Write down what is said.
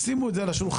שימו את זה על השולחן.